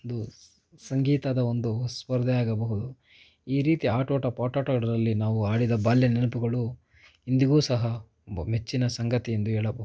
ಒಂದು ಸಂಗೀತದ ಒಂದು ಸ್ಪರ್ಧೆ ಆಗಬಹುದು ಈ ರೀತಿ ಆಟೋಟ ಪಾಠೋಟಗಳಲ್ಲಿ ನಾವು ಆಡಿದ ಬಾಲ್ಯದ ನೆನಪುಗಳು ಇಂದಿಗೂ ಸಹ ಮೆಚ್ಚಿನ ಸಂಗತಿ ಎಂದು ಹೇಳಬಹುದು